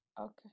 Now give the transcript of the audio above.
Okay